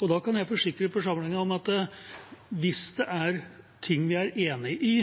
Og da kan jeg forsikre forsamlingen om at hvis det er ting vi er enig i,